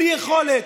בלי יכולת.